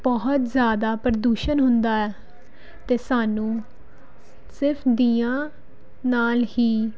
ਬਹੁਤ ਜ਼ਿਆਦਾ ਪ੍ਰਦੂਸ਼ਣ ਹੁੰਦਾ ਹੈ ਅਤੇ ਸਾਨੂੰ ਸਿਰਫ ਦੀਯਾਂ ਨਾਲ ਹੀ